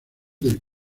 del